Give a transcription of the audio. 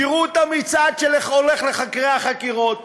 תראו את המצעד שהולך לחדרי החקירות,